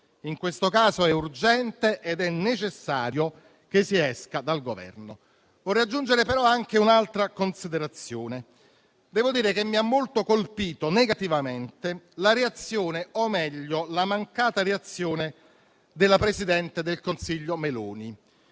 in questo caso è urgente e necessario che si esca dal Governo. Vorrei aggiungere però anche un'altra considerazione. Devo dire che mi ha molto colpito negativamente la reazione, o meglio la mancata reazione, della presidente del Consiglio Meloni.